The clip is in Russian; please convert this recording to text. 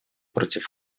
против